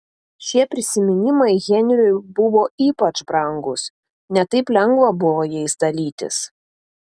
šie prisiminimai henriui buvo ypač brangūs ne taip lengva buvo jais dalytis